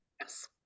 yes